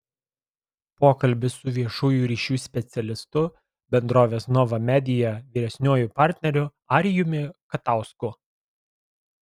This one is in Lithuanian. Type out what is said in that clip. pokalbis su viešųjų ryšių specialistu bendrovės nova media vyresniuoju partneriu arijumi katausku